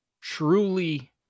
truly